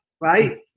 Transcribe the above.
Right